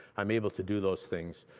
i'm able to do those things.